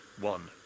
one